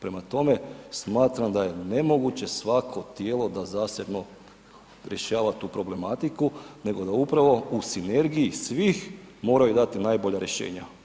Prema tome, smatram da je nemoguće svako tijelo da zasebno rješava tu problematiku, nego upravo da u sinergiji svih moraju dati najbolja rješenja.